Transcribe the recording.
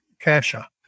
Kasha